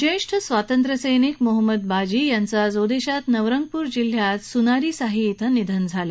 ज्येष्ठ स्वातंत्र्यसैनिक मोहम्मद बाजी यांचं आज ओदिशात नबरंगपूर जिल्हयात स्नारीसाही इथं निधन झालं